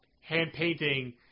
hand-painting